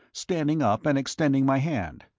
standing up and extending my hand.